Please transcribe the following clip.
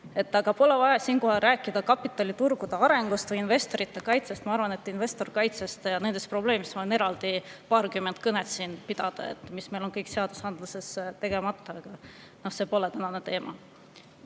Pole vaja siinkohal rääkida kapitaliturgude arengust või investorite kaitsest. Ma arvan, et investorite kaitsest ja nende probleemidest ma võin eraldi paarkümmend kõnet siin pidada ja sellest, mis meil on seadusandluses tegemata, aga see pole tänane teema.